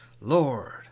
Lord